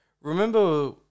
remember